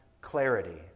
clarity